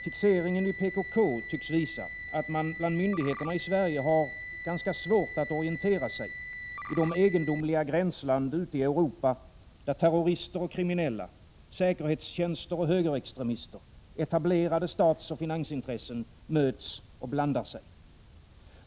Fixeringen vid PKK tycks visa, att man bland myndigheterna i Sverige har ganska svårt att orientera sig i de egendomliga gränsland ute i Europa där terrorister och kriminella, säkerhetstjänster och högerextremister, etablerade statsoch finansintressen möts och blandar sig.